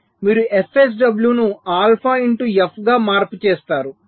మీరు fSW ను alpha into f గా మార్పు చేస్తారు